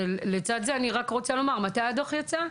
לצד זה, אני רק רוצה לומר: מתי הדו"ח יצא?